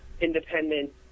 independent